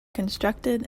constructed